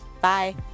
bye